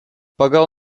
pagal